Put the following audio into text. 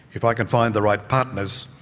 if i can find the right partners,